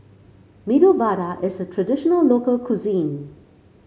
Medu Vada is a traditional local cuisine